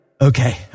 Okay